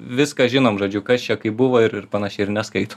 viską žinom žodžiu kas čia kaip buvo ir ir panašiai ir neskaito